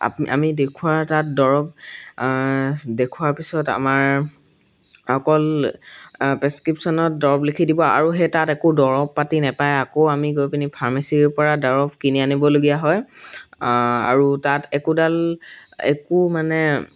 আমি দেখুৱাৰ তাত দৰৱ দেখুৱাৰ পিছত আমাৰ অকল প্ৰেছক্ৰিপশ্যনত দৰৱ লিখি দিব আৰু সেই তাত একো দৰৱ পাতি নেপায় আকৌ আমি গৈ পিনি ফাৰ্মাচীৰ পৰা দৰৱ কিনি আনিবলগীয়া হয় আৰু তাত একোডাল একো মানে